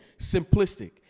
Simplistic